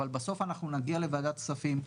אבל בסוף אנחנו נגיע לוועדת כספים.